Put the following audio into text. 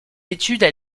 études